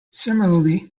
similarly